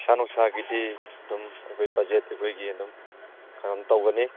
ꯄꯩꯁꯥ ꯅꯨꯡꯁꯥꯒꯤꯗꯤ ꯑꯗꯨꯝ ꯑꯩꯈꯣꯏ ꯕꯖꯦꯠ ꯑꯩꯈꯣꯏꯒꯤ ꯑꯗꯨꯝ ꯈꯔ ꯑꯗꯨꯝ ꯇꯧꯒꯅꯤ